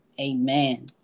amen